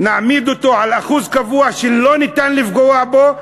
נעמיד אותו על אחוז קבוע שלא ניתן לפגוע בו,